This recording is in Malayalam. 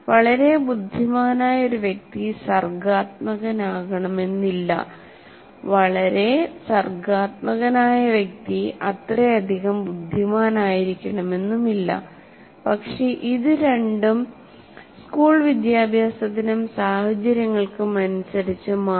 വളരെ ബുദ്ധിമാനായ ഒരു വ്യക്തി സർഗ്ഗാത്മകനാകണമെന്നില്ല വളരെ സർഗ്ഗാത്മകനായ വ്യക്തി അത്രയധികം ബുദ്ധിമാനായിരിക്കണമെന്നില്ല പക്ഷേ ഇത് രണ്ടും സ്കൂൾ വിദ്യാഭ്യാസത്തിനും സാഹചര്യങ്ങൾക്കും അനുസരിച്ച് മാറാം